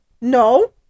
no